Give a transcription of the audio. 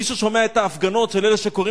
מי ששומע את ההפגנות של אלה שקוראים